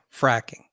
fracking